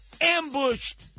ambushed